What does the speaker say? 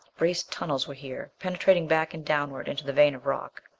braced tunnels were here, penetrating back and downward into the vein of rock.